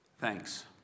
thanks